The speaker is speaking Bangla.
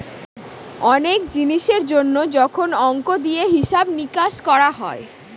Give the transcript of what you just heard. অনেক জিনিসের জন্য যখন অংক দিয়ে হিসাব নিকাশ করা হয়